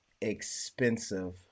expensive